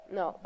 no